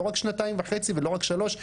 לא רק שנתיים וחצי ולא רק שלוש,